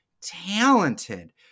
talented